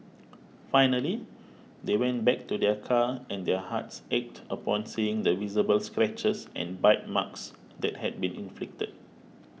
finally they went back to their car and their hearts ached upon seeing the visible scratches and bite marks that had been inflicted